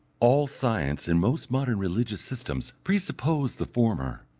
all science and most modern religious systems presuppose the former,